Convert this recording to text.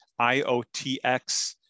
IOTX